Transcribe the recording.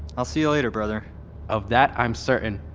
i'll see ya later, brother of that i am certain.